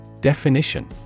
Definition